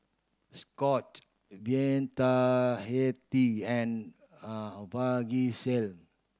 Scott Vitahealth and Vagisil